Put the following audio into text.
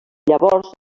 llavors